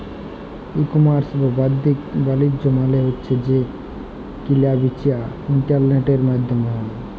ই commerce বা বাদ্দিক বালিজ্য মালে হছে যে কিলা বিচা ইলটারলেটের মাইধ্যমে হ্যয়